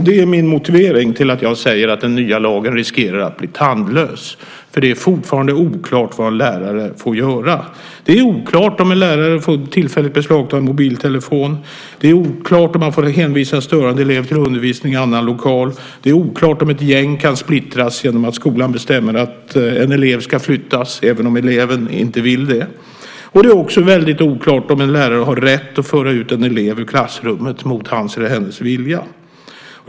Det är min motivering till att jag säger att den nya lagen riskerar att bli tandlös, för det är fortfarande oklart vad lärare får göra. Det är oklart om en lärare tillfälligt får beslagta en mobiltelefon. Det är oklart om man får hänvisa störande elever till undervisning i annan lokal. Det är oklart om ett gäng kan splittras genom att skolan bestämmer att en elev ska flyttas även om eleven inte vill det. Det är också väldigt oklart om en lärare har rätt att föra ut en elev ur klassrummet mot hans eller hennes vilja.